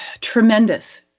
tremendous